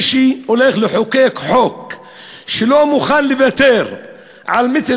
שמי שהולך לחוקק חוק שלא מוכן לוותר על מטר